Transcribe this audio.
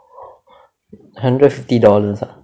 hundred fifty dollars ah